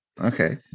Okay